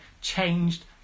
changed